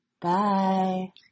Bye